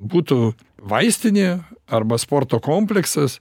būtų vaistinė arba sporto kompleksas